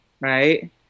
right